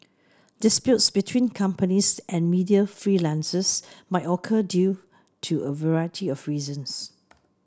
disputes between companies and media freelancers might occur due to a variety of reasons